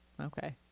Okay